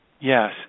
yes